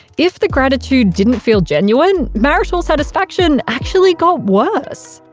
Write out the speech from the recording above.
if the gratitude didn't feel genuine, marital satisfaction actually got worse.